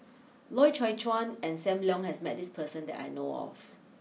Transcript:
Loy Chye Chuan and Sam Leong has met this person that I know of